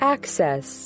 Access